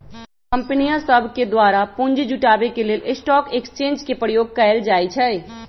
कंपनीय सभके द्वारा पूंजी जुटाबे के लेल स्टॉक एक्सचेंज के प्रयोग कएल जाइ छइ